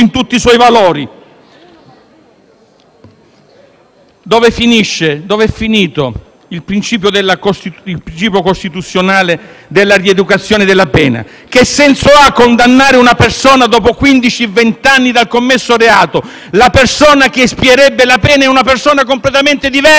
Dove è finito il principio costituzionale della rieducazione della pena? Che senso ha condannare una persona dopo quindici o vent'anni dal commesso reato? La persona che espierebbe la pena è una persona completamente diversa da quella che commise il reato.